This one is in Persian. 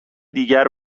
دیگر